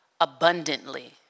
abundantly